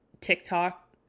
TikTok